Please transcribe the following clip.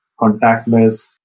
contactless